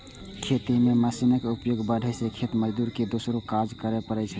खेती मे मशीनक उपयोग बढ़ै सं खेत मजदूर के दोसरो काज करै पड़ै छै